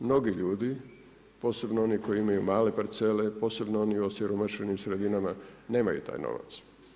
Mnogi ljudi, posebni oni koji imaju male parcele, posebno u oni u osiromašenim sredinama, nemaju taj novac.